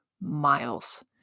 miles